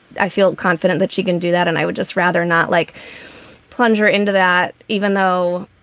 i feel confident that she can do that. and i would just rather not like plunging into that, even though,